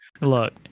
Look